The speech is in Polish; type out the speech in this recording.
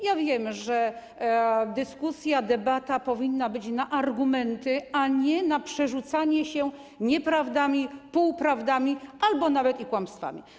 Ja wiem, że dyskusja, debata powinna być na argumenty, a nie na przerzucanie się nieprawdami, półprawdami albo nawet kłamstwami.